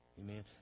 Amen